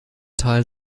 teil